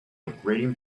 upgrading